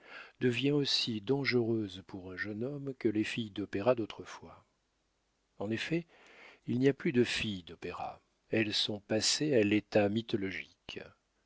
devient aussi dangereuse pour un jeune homme que les filles d'opéra d'autrefois en effet il n'y a plus de filles d'opéra elles sont passées à l'état mythologique